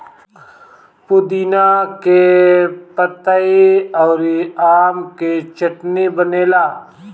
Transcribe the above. पुदीना के पतइ अउरी आम के चटनी बनेला